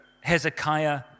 Hezekiah